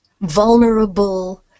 vulnerable